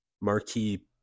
marquee